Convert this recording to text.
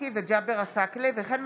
מלינובסקי קונין וג'אבר עסאקלה בנושא: